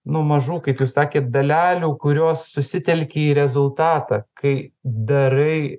nu mažų kaip jūs sakėt dalelių kurios susitelkė į rezultatą kai darai